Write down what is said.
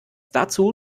dazu